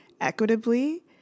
equitably